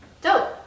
Dope